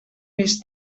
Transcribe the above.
més